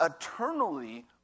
eternally